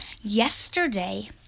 Yesterday